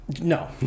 No